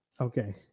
Okay